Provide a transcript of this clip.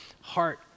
heart